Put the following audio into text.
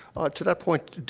to that point,